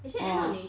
sh